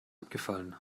abgefallen